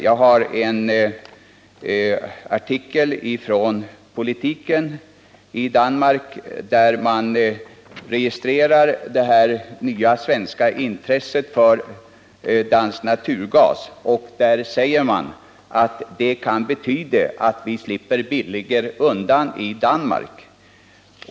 Jag har läst en artikel i Politiken, där man registrerar det nya svenska intresset för dansk naturgas. Där sägs att det kan betyda att man slipper billigare undan i Danmark.